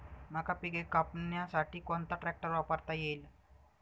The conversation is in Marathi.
मका पिके कापण्यासाठी कोणता ट्रॅक्टर वापरता येईल?